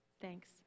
Thanks